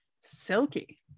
Silky